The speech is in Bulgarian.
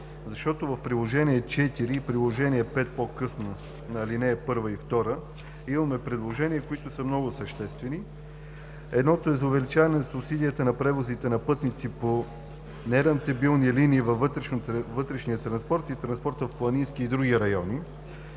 защото в Приложение № 4 и Приложение № 5, по-късно – на ал. 1 и ал. 2, имаме предложения, които са много съществени. Едното е за увеличаване субсидията на превозите на пътници по нерентабилни линии във вътрешния транспорт и транспорта в планински и други райони